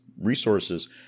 Resources